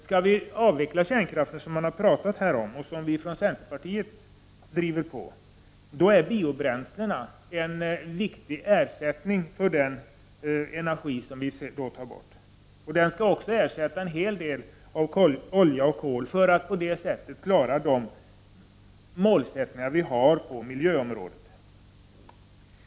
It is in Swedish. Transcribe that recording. Skall vi avveckla kärnkraften — som man har talat om här, och som vi från centern driver på — kommer biobränslena att vara en viktig ersättning för den energi som vi då tar bort. De skall också ersätta en hel del olja och kol, för att vi skall kunna klara våra målsättningar på miljöområdet.